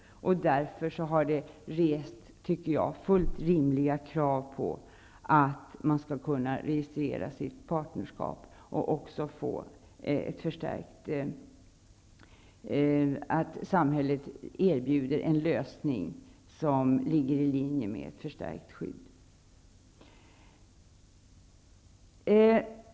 Därför har det rests enligt min mening fullt rimliga krav på att homosexuella skall kunna registrera sitt partnerskap och på att samhället även erbjuder en lösning som ligger i linje med ett förstärkt skydd.